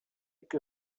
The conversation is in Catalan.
que